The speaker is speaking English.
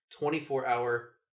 24-Hour